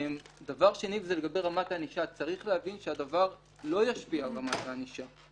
דבר שני זה לגבי רמת הענישה צריך להבין שהדבר לא ישפיע על רמת הענישה.